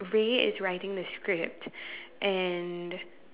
Rae is writing the script and